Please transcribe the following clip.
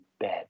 bed